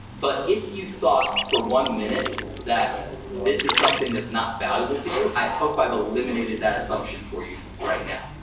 but if you thought for one minute that this is something that's not valuable to you, i hope i've eliminated that assumption for you right now.